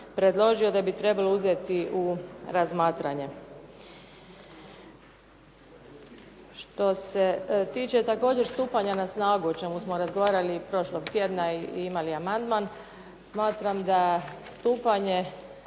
da bi trebalo uzeti u razmatranje. Što se tiče također stupanja na snagu o čemu smo razgovarali prošlog tjedna i imali amandman smatram da stupanje